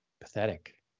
pathetic